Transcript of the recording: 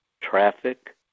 traffic